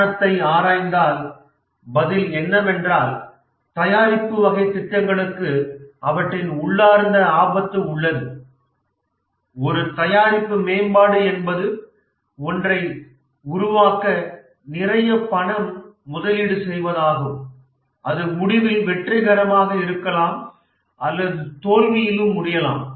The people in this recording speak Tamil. காரணத்தை ஆராய்ந்தால் பதில் என்னவென்றால் தயாரிப்பு வகை திட்டங்களுக்கு அவற்றின் உள்ளார்ந்த ஆபத்து உள்ளது ஒரு தயாரிப்பு மேம்பாடு என்பது ஒன்றை உருவாக்க நிறைய பணம் முதலீடு செய்வதாகும் அது முடிவில் வெற்றிகரமாக இருக்கலாம் அல்லது தோல்வியிலும் முடியலாம்